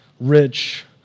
Rich